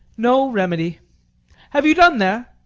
no remedy have you done there?